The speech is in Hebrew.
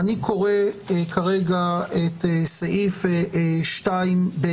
אני קורא כרגע את סעיף 2(ב),